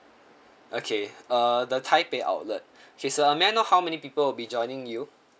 okay uh the taipei outlet okay sir may I know how many people will be joining you